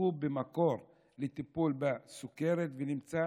שפותחו במקור לטיפול בסוכרת ונמצא